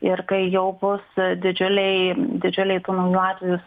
ir kai jau bus didžiuliai didžiuliai tų naujų atvejų